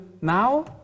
now